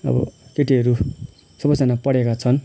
अब केटीहरू सबैजना पढेको छन्